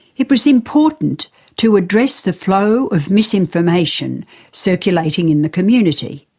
it was important to address the flow of misinformation circulating and the community.